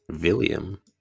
William